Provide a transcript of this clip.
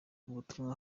ubutumwa